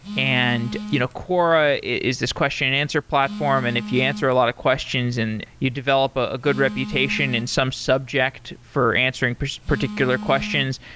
and you know quora is this question and answer platform, and if you answer a lot of questions and you develop ah a good reputation in some subject for answering particular questions,